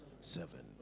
seven